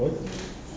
what